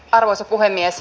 arvoisa puhemies